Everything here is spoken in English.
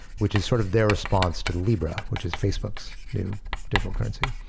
which is sort of their response to libra, which is facebook's new digital currency.